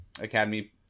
Academy